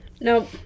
Nope